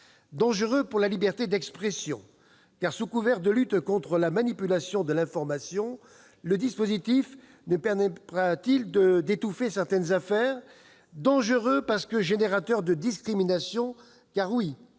Dangereux, pour la liberté d'expression. Sous couvert de lutte contre la manipulation de l'information, le dispositif ne permettra-t-il pas d'étouffer certaines affaires ? Dangereux, parce qu'il est générateur de discriminations : oui,